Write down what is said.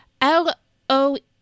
L-O-E